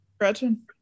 Gretchen